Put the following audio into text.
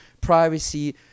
privacy